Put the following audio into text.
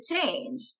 change